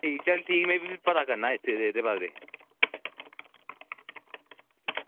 चल ठीक में पता करना एह्दे बारै ई